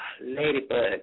ladybug